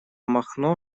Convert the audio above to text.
махно